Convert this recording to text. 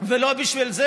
ולא בשביל זה